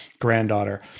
granddaughter